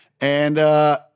And-